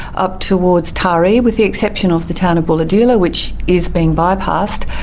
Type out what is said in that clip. up towards taree with the exception of the town of bulahdelah, which is being by-passed,